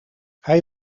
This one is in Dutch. hij